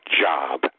job